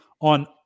on